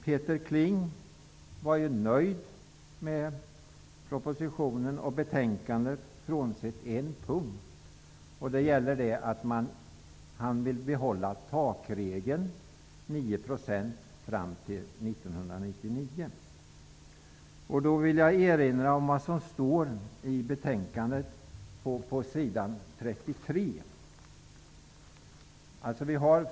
Peter Kling var nöjd med propositionen och betänkandet frånsett på en punkt. Det gäller att han vill behålla takregeln, 9 %, fram till 1999. Jag vill erinra om vad som står i betänkandet på s. 33.